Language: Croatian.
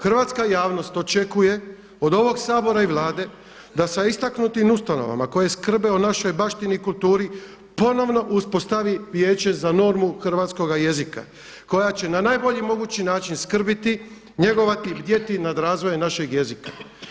Hrvatska javnost očekuje od ovog Sabora i Vlade da sa istaknutim ustanovama koje skrbe o našoj baštini i kulturi ponovno uspostavi Vijeće za normu hrvatskoga jezika koja će na najbolji mogući način skrbiti, njegovati i bdjeti nad razvojem našeg jezika.